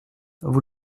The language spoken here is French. vous